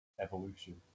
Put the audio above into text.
evolution